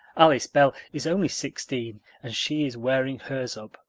alice bell is only sixteen and she is wearing hers up,